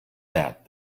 that